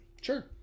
Sure